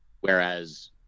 whereas